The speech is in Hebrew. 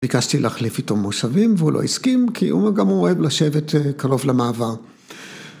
‫ביקשתי להחליף איתו מושבים, ‫והוא לא הסכים, ‫כי הוא גם אוהב לשבת קרוב למעבר.